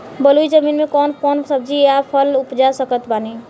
बलुई जमीन मे कौन कौन सब्जी या फल उपजा सकत बानी?